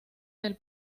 del